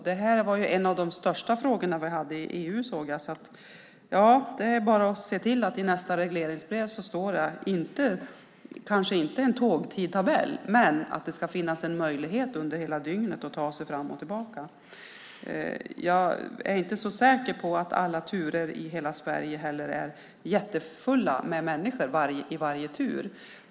Detta är också en av de största frågorna i EU. Det är bara att se till att det i nästa regleringsbrev framgår att det ska finnas en möjlighet under hela dygnet att ta sig fram och tillbaka även om det kanske inte finns en tågtidtabell. Jag är inte så säker på att alla turer i hela Sverige är fulla med människor.